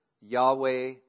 Yahweh